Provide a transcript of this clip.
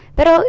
Pero